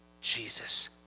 Jesus